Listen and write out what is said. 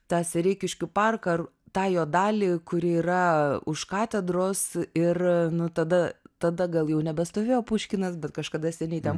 tą sereikiškių parką ar tą jo dalį kuri yra už katedros ir nu tada tada gal jau nebestovėjo puškinas bet kažkada seniai ten